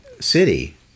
city